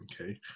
Okay